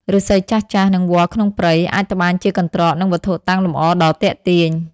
ឫស្សីចាស់ៗ និងវល្លិក្នុងព្រៃ អាចត្បាញជាកន្ត្រក និងវត្ថុតាំងលម្អដ៏ទាក់ទាញ។